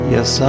Yes